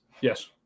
Yes